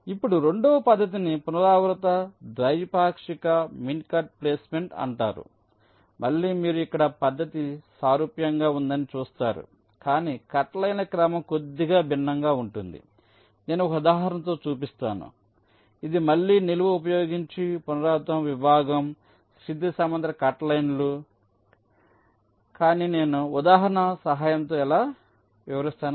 ఇప్పుడు రెండవ పద్ధతిని పునరావృత ద్వైపాక్షిక మిన్కట్ ప్లేస్మెంట్ అంటారు మళ్ళీ మీరు ఇక్కడ పద్ధతి సారూప్యంగా ఉందని చూస్తారు కానీ కట్ లైన్ల క్రమం కొద్దిగా భిన్నంగా ఉంటుంది నేను ఒక ఉదాహరణతో చూపిస్తాను ఇది మళ్ళీ నిలువు ఉపయోగించి పునరావృత విభాగం క్షితిజ సమాంతర కట్ లైన్లు కానీ నేను ఉదాహరణ సహాయంతో ఎలా వివరిస్తాను